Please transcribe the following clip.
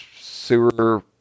sewer